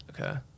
okay